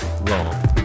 wrong